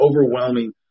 overwhelming